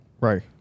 right